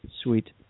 Sweet